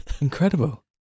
Incredible